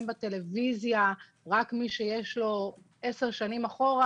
בטלוויזיה רק מי שיש לו עשר שנים אחורה,